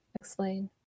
explain